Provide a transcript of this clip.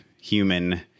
human